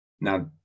now